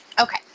Okay